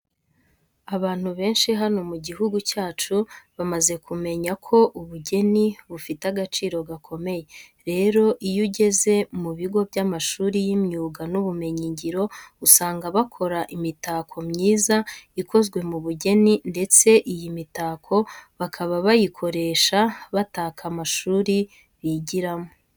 Abantu benshi hano mu gihugu cyacu bamaze kumenya ko ubugeni bufite agaciro gakomeye. Rero iyo ugeze mu bigo by'amashuri y'imyuga n'ubumenyingiro usanga bakora imitako myiza ikozwe mu bugeni ndetse iyi mitako bakaba bayikoresha bataka amashuri bigiramo.